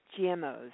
GMOs